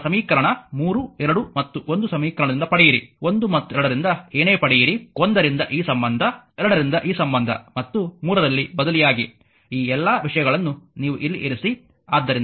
ಕೇವಲ ಸಮೀಕರಣ 3 2 ಮತ್ತು 1 ಸಮೀಕರಣದಿಂದ ಪಡೆಯಿರಿ 1 ಮತ್ತು 2 ರಿಂದ ಏನೇ ಪಡೆಯಿರಿ 1 ರಿಂದ ಈ ಸಂಬಂಧ 2 ರಿಂದ ಈ ಸಂಬಂಧ ಮತ್ತು 3 ರಲ್ಲಿ ಬದಲಿಯಾಗಿ ಈ ಎಲ್ಲ ವಿಷಯಗಳನ್ನು ನೀವು ಇಲ್ಲಿ ಇರಿಸಿ